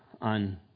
on